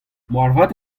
moarvat